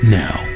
now